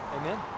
Amen